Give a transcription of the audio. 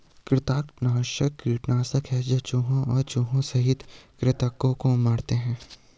कृंतकनाशक कीटनाशक है जो चूहों और चूहों सहित कृन्तकों को मारते है